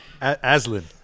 Aslan